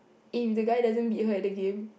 if the guy doesn't beat her at the game